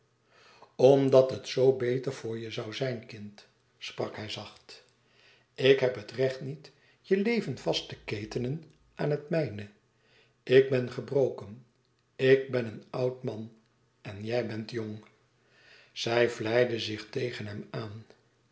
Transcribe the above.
omdat het zoo beter voor je zoû zijn kind sprak hij zacht ik heb het recht niet je leven vast te ketenen aan het mijne ik ben gebroken ik ben een oud man en jij bent jong zij vlijde zich tegen hem aan